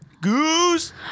Goose